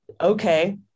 okay